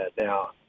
Now